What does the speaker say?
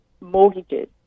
mortgages